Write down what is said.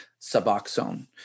Suboxone